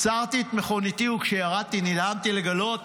עצרתי את מכוניתי, וכשירדתי נדהמתי לגלות